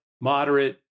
moderate